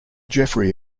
geoffrey